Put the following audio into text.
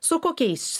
su kokiais